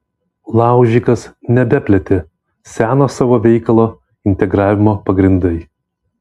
laužikas nebeplėtė seno savo veikalo integravimo pagrindai